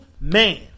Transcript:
man